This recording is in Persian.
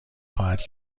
خواهد